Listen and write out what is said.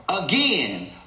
again